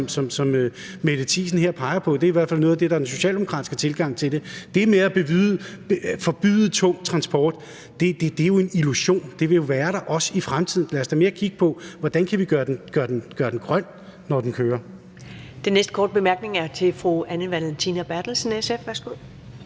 som Mette Thiesen her peger på. Det er i hvert fald noget af det, der er den socialdemokratiske tilgang til det. Det med at forbyde tung transport er jo en illusion – den vil jo være der også i fremtiden. Lad os da mere kigge på, hvordan vi kan gøre den grøn. Kl. 13:06 Første næstformand (Karen Ellemann): Den næste korte bemærkning er til fru Anne Valentina Berthelsen, SF. Værsgo.